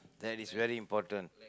that is very important